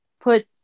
put